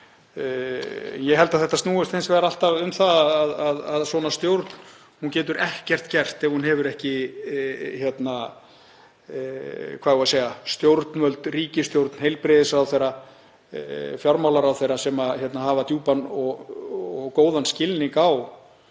Ég held að þetta snúist hins vegar alltaf um að svona stjórn getur ekkert gert ef hún hefur ekki stjórnvöld, ríkisstjórn, heilbrigðisráðherra, fjármálaráðherra, sem hafa djúpan og góðan skilning á